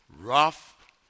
rough